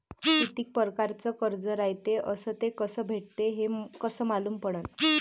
कितीक परकारचं कर्ज रायते अस ते कस भेटते, हे कस मालूम पडनं?